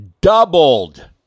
doubled